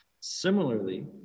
Similarly